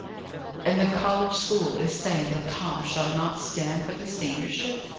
and the college school is saying that tom shall not stand for the seniorship!